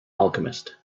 alchemist